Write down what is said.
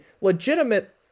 legitimate